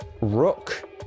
Rook